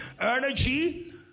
Energy